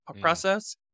process